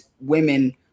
women